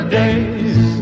days